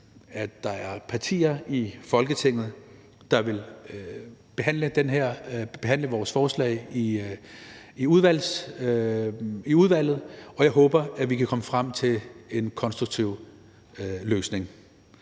at der er partier i Folketinget, der vil behandle vores forslag i udvalget, og jeg håber, at vi kan komme frem til en konstruktiv løsning.